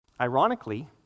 ironically